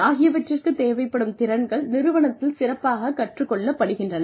ஆகியவற்றுக்குத் தேவைப்படும் திறன்கள் நிறுவனத்தில் சிறப்பாக கற்றுக் கொள்ளப்படுகின்றன